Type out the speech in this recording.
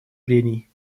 прений